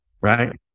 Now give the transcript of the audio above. right